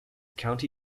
county